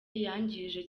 yangije